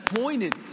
pointed